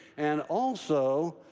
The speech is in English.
and also,